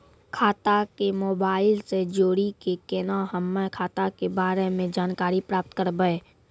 खाता के मोबाइल से जोड़ी के केना हम्मय खाता के बारे मे जानकारी प्राप्त करबे?